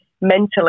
mentally